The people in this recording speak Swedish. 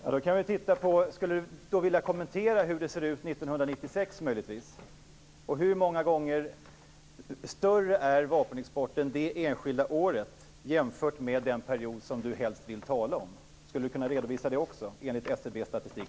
Fru talman! Skulle statsrådet vilja kommentera hur det ser ut för 1996? Hur många gånger större är vapenexporten för det enskilda året jämfört med den period statsrådet helst vill tala om? Skulle statsrådet kunna redovisa för det också, exempelvis enligt SCB:s statistik?